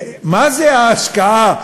מה זה השקעה בטכנולוגיה,